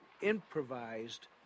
improvised